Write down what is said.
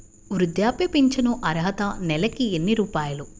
వృద్ధాప్య ఫింఛను అర్హత నెలకి ఎన్ని రూపాయలు?